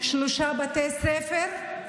שלושה בתי ספר,